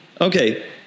Okay